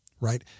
right